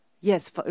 yes